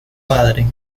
padre